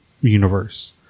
Universe